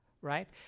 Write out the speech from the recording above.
right